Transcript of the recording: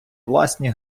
власні